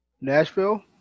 Nashville